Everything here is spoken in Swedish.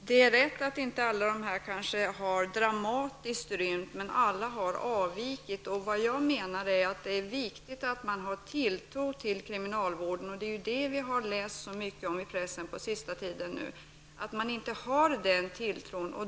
Herr talman! Det är riktigt att alla kanske inte har rymt dramatiskt, men alla har avvikit. Jag menar att det är viktigt att man har tilltro till kriminalvården. Vi har på den senaste tiden i pressen läst så mycket om att man inte har denna tilltro.